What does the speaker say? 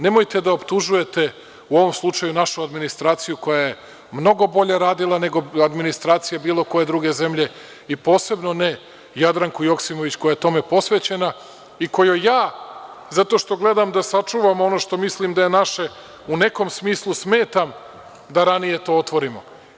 Nemojte da optužujete u ovom slučaju našu administraciju koja je mnogo bolje radila nego administracija bilo koje druge zemlje, i posebno ne Jadranku Joksimović koja je tome posvećena i kojoj ja, zato što gledam da sačuvam ono što mislim da je naše, u nekom smislu smetam da ranije to otvorimo.